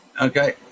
okay